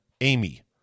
Amy